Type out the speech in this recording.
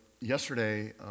Yesterday